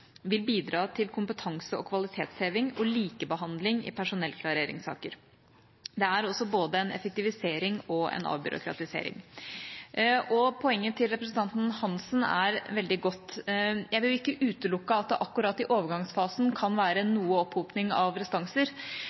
vil bidra til kompetanse- og kvalitetsheving og likebehandling i personellklareringssaker. Det er også både en effektivisering og en avbyråkratisering. Poenget til representanten Hansen er veldig godt. Jeg vil ikke utelukke at det akkurat i overgangsfasen kan være noe opphoping av restanser,